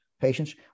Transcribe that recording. patients